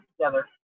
together